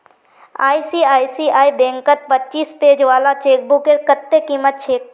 ICICI बैंकत पच्चीस page वाली चेकबुकेर कत्ते कीमत छेक